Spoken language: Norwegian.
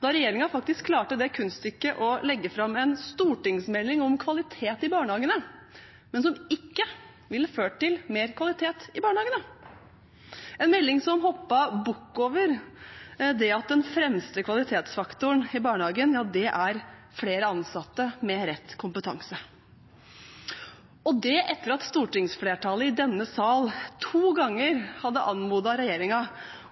da regjeringen faktisk klarte det kunststykket å legge fram en stortingsmelding om kvalitet i barnehagene som ikke ville ført til mer kvalitet i barnehagene. Meldingen hoppet bukk over det at den fremste kvalitetsfaktoren i barnehagen er flere ansatte med rett kompetanse – og det etter at stortingsflertallet i denne sal to ganger hadde anmodet regjeringen